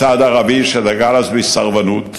הצד הערבי, שדגל אז בסרבנות,